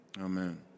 Amen